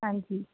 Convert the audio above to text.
ਹਾਂਜੀ